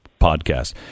podcast